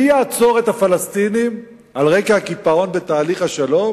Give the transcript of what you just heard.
מי יעצור את הפלסטינים על רקע הקיפאון בתהליך השלום